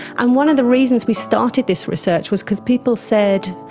and one of the reasons we started this research was because people said,